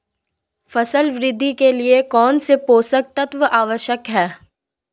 फसल वृद्धि के लिए कौनसे पोषक तत्व आवश्यक हैं?